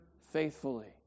faithfully